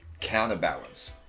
counterbalance